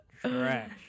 trash